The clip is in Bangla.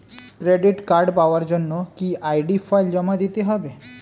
ক্রেডিট কার্ড পাওয়ার জন্য কি আই.ডি ফাইল জমা দিতে হবে?